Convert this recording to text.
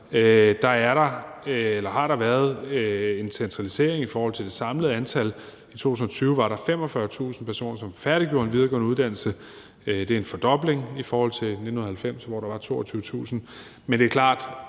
at der har der været en centralisering i forhold til det samlede antal. I 2020 var der 45.000 personer, som færdiggjorde en videregående uddannelse. Det er en fordobling i forhold til 1990, hvor der var 22.000 personer. Det er klart,